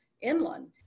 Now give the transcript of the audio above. inland